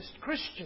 Christian